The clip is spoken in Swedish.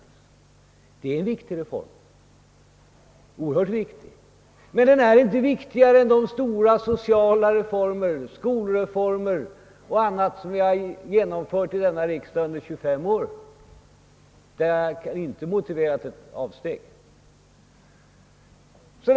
Ja, den reform vi nu diskuterar är oerhört viktig, men den är inte viktigare än de stora sociala reformer, t.ex. skolreformen eller någon annan reform, som vi har genomfört här i riksdagen under 25 år och där det inte har ansetts motiverat med ett avsteg från praxis.